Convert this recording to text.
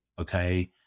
okay